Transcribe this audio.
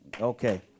Okay